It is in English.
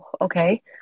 Okay